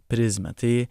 prizmę tai